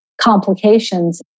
complications